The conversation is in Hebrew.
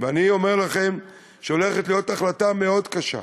ואני אומר לכם שהולכת להיות החלטה מאוד קשה.